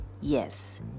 yes